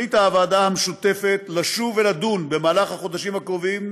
הוועדה המשותפת החליטה לשוב ולדון בחודשים הקרובים